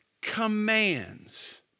commands